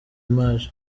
maj